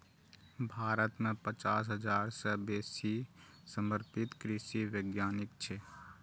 भारत मे पचास हजार सं बेसी समर्पित कृषि वैज्ञानिक छै